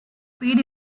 paid